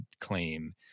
claim